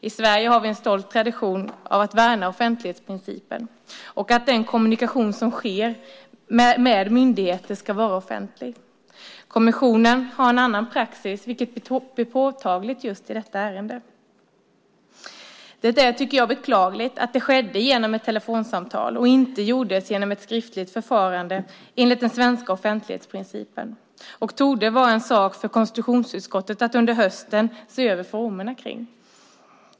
I Sverige har vi en stolt tradition av att värna offentlighetsprincipen och att den kommunikation som sker med myndigheter ska vara offentlig. Kommissionen har en annan praxis, vilket blev påtagligt just i detta ärende. Det är, tycker jag, beklagligt att det skedde genom ett telefonsamtal och inte genom ett skriftligt förfarande enligt den svenska offentlighetsprincipen. Detta torde vara en sak för KU att under hösten se över formerna kring.